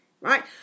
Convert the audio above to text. right